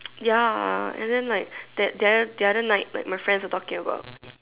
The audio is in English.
ya and then like that the other the other night like my friends are talking about